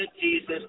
Jesus